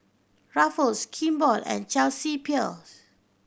Ruffles Kimball and Chelsea Peers